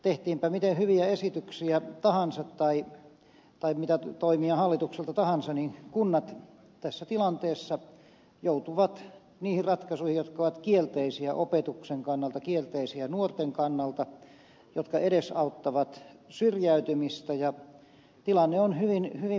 tehtiinpä miten hyviä esityksiä tahansa tai mitä toimia hallitukselta tahansa niin kunnat tässä tilanteessa joutuvat niihin ratkaisuihin jotka ovat kielteisiä opetuksen kannalta kielteisiä nuorten kannalta jotka edesauttavat syrjäytymistä ja tilanne on hyvin valitettava